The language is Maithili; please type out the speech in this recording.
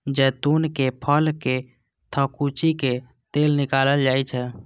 जैतूनक फल कें थकुचि कें तेल निकालल जाइ छै